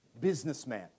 businessman